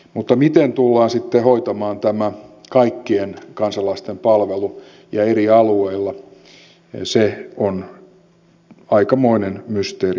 mutta miten tullaan sitten hoitamaan tämä kaikkien kansalaisten palvelu ja eri alueilla se on aikamoinen mysteeri tälläkin hetkellä